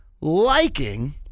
liking